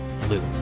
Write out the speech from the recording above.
Blue